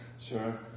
Sure